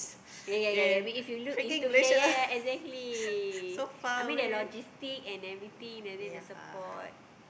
ya ya ya I mean if you look into ya ya ya exactly I mean their logistic and everything and then the support